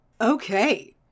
Okay